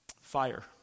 Fire